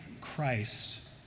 Christ